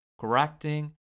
correcting